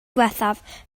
ddiwethaf